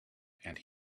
and